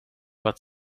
but